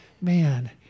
Man